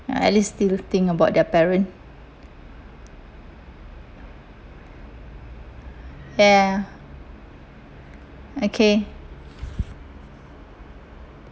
at least still think about their parent ya okay